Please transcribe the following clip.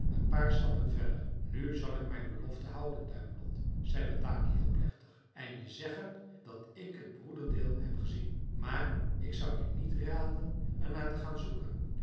een paar stappen verder nu zal ik mijn belofte houden duimelot zei bataki heel plechtig en je zeggen dat ik het broederdeel heb gezien maar ik zou je niet raden er naar te gaan zoeken